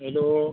hello